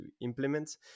implement